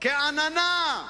כעננה.